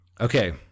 Okay